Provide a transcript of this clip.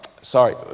Sorry